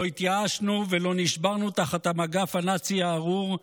לא התייאשנו ולא נשברנו תחת המגף הנאצי הארור,